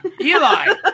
Eli